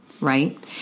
Right